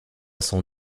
son